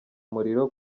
umuriro